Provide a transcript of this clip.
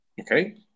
Okay